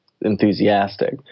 enthusiastic